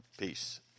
peace